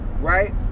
Right